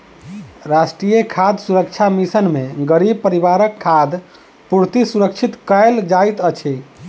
राष्ट्रीय खाद्य सुरक्षा मिशन में गरीब परिवारक खाद्य पूर्ति सुरक्षित कयल जाइत अछि